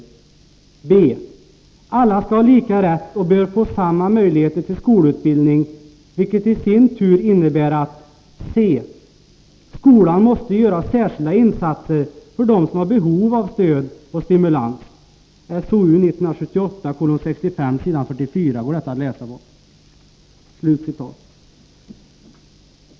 b) Alla skall ha lika rätt och bör få samma möjligheter till skolutbildning, vilket i sin tur innebär att c) skolan måste göra särskilda insatser för dem som har behov av stöd och stimulans.” Detta går att läsa i SOU 1978:65, s. 44.